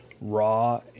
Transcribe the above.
Raw